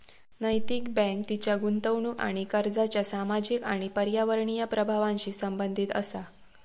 नैतिक बँक तिच्या गुंतवणूक आणि कर्जाच्या सामाजिक आणि पर्यावरणीय प्रभावांशी संबंधित असा